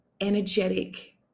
energetic